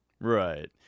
Right